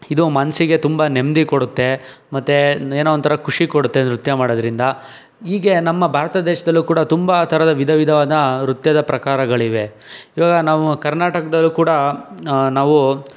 ಇದು ಮನಸ್ಸಿಗೆ ತುಂಬ ನೆಮ್ಮದಿ ಕೊಡುತ್ತೆ ಮತ್ತೆ ಏನೋ ಒಂಥರ ಖುಷಿ ಕೊಡುತ್ತೆ ನೃತ್ಯ ಮಾಡೋದ್ರಿಂದ ಹೀಗೆ ನಮ್ಮ ಭಾರತ ದೇಶದಲ್ಲೂ ಕೂಡ ತುಂಬ ಥರದ ವಿಧವಿಧವಾದ ನೃತ್ಯದ ಪ್ರಕಾರಗಳಿವೆ ಇವಾಗ ನಾವು ಕರ್ನಾಟಕದಲ್ಲೂ ಕೂಡ ನಾವು